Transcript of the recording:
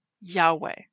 Yahweh